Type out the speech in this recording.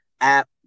app